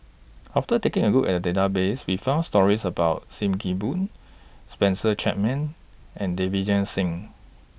after taking A Look At The Database We found stories about SIM Kee Boon Spencer Chapman and Singh